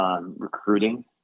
Recruiting